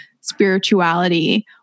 spirituality